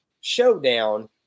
showdown